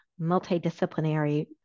multidisciplinary